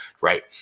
Right